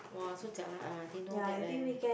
!wah! so jialat ah I didn't know that leh